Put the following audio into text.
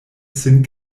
sin